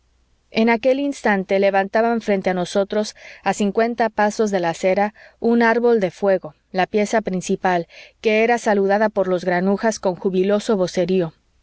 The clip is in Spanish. en aquel instante levantaban frente a nosotros a cincuenta pasos de la acera un árbol de fuego la pieza principal que era saludada por los granujas con jubiloso vocerío